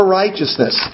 righteousness